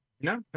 No